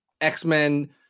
X-Men